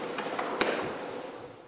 בבקשה.